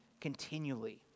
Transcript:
continually